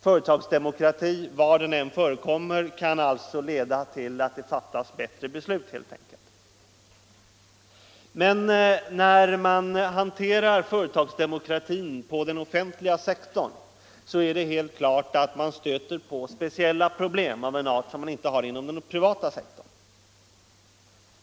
Företagsdemokrati — var den än förekommer — kan helt enkelt leda till att det fattas bättre beslut. Men när man hanterar företagsdemokratin på den offentliga sektorn, är det helt klart att man stöter på speciella problem av en art som man inte möter på den privata sektorn.